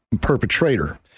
perpetrator